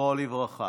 זכרו לברכה.